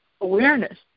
awareness